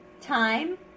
time